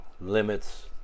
limits